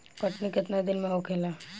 कटनी केतना दिन में होखेला?